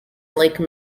lake